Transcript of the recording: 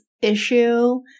issue –